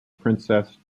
princess